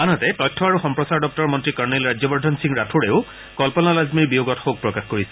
আনহাতে তথ্য আৰু সম্প্ৰচাৰ দপ্তৰৰ মন্ত্ৰী কৰ্ণেল ৰাজ্যবৰ্ধন সিং ৰাথোড়েও কল্পনা লাজমীৰ বিয়োগত শোক প্ৰকাশ কৰিছে